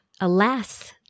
Alas